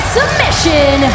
submission